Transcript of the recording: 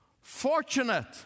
Fortunate